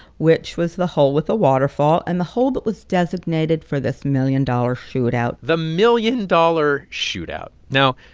which was the hole with a waterfall and the hole that was designated for this million-dollar shootout the million-dollar shootout. now,